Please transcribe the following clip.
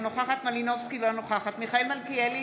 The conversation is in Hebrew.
אינה נוכחת יוליה מלינובסקי קונין,